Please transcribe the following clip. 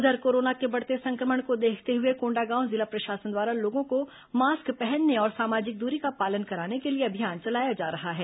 उधर कोरोना के बढ़ते संक्रमण को देखते हुए कोंडागांव जिला प्रशासन द्वारा लोगों को मास्क पहनने और सामाजिक दूरी का पालन कराने के लिए अभियान चलाया जा रहा है